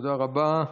תודה רבה.